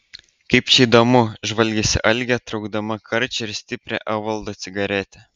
kaip čia įdomu žvalgėsi algė traukdama karčią ir stiprią evaldo cigaretę